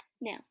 Now